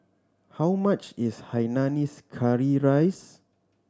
how much is hainanese curry rice